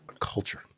culture